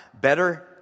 better